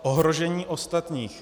Ohrožení ostatních.